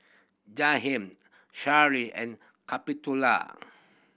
Jaheim Sheryll and Capitola